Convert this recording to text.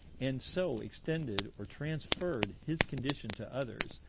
and so extended, or transferred, his condition to others,